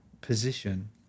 position